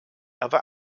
other